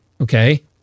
Okay